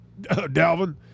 Dalvin